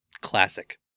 Classic